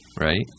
right